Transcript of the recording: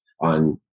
on